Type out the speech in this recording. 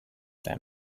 them